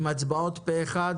עם כבוד הדדי והצבעות פה אחד.